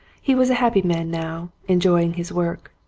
he was a happy man now, enjoying his work.